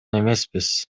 эмеспиз